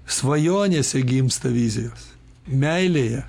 svajonėse gimsta vizijos meilėje